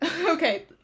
okay